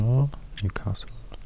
Newcastle